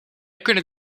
kunnen